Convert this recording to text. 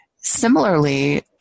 Similarly